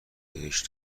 بهش